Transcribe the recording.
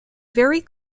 very